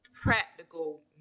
practical